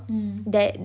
mm